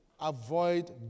avoid